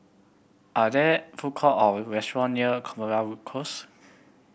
are there food court or restaurant near Close